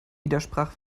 widersprach